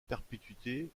perpétuité